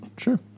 Sure